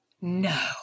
no